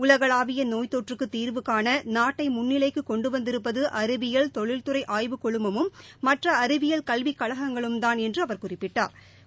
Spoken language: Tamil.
உலகளாவிய நோய் தொற்றுக்கு தீர்வுகாண நாட்டை முன்னிலைக்கு கொண்டு வந்திருப்பது அறிவியல் தொழில்துறை ஆய்வுக் குழுமமும் மற்ற அறிவியல் கல்விக் கழகங்களும்தான் என்று அவர் குறிப்பிட்டா்